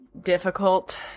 difficult